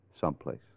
someplace